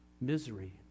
misery